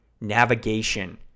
navigation